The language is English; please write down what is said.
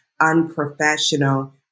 unprofessional